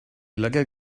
lygaid